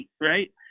right